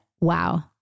wow